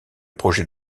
projet